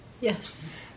Yes